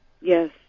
Yes